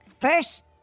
First